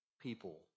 people